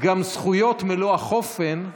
גם זכויות מלוא החופן /